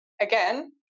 Again